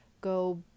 go